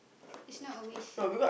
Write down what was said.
is not a waste